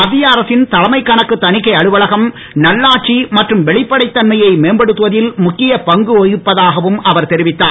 மத்திய அரசின் தலைமை கணக்கு தனிக்கை அலுவலகம் நல்லாட்சி மற்றும் வெளிப்படத் தன்மையை மேம்படுத்துவதில் முக்கியப் பங்கு வகிப்பதாகவும் அவர் தெரிவித்தார்